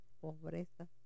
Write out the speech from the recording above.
pobreza